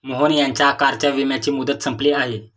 मोहन यांच्या कारच्या विम्याची मुदत संपली आहे